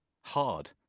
Hard